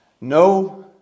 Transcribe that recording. No